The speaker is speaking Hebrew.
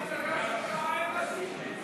למה במפלגה שלך אין נשים?